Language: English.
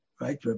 right